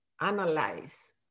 analyze